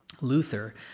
Luther